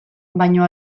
baino